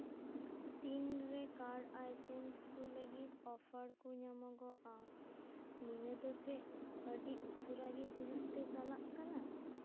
ᱛᱤᱱ ᱨᱮ ᱠᱟᱨ ᱟᱭᱴᱮᱢᱥ ᱠᱚ ᱞᱟᱹᱜᱤᱫ ᱳᱯᱷᱟᱨ ᱠᱚ ᱧᱟᱢᱚᱜᱚᱜᱼᱟ ᱱᱤᱭᱟᱹ ᱫᱚ ᱪᱮᱫ ᱟᱹᱰᱤ ᱩᱥᱟᱹᱨᱟ ᱜᱮ ᱦᱩᱭᱩᱜ ᱛᱮ ᱪᱟᱞᱟᱜ ᱠᱟᱱᱟ